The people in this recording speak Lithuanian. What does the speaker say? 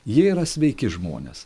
jie yra sveiki žmonės